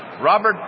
Robert